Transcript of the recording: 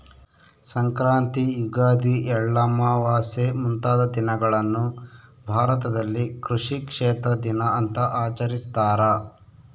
ಸಂಕ್ರಾಂತಿ ಯುಗಾದಿ ಎಳ್ಳಮಾವಾಸೆ ಮುಂತಾದ ದಿನಗಳನ್ನು ಭಾರತದಲ್ಲಿ ಕೃಷಿ ಕ್ಷೇತ್ರ ದಿನ ಅಂತ ಆಚರಿಸ್ತಾರ